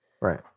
Right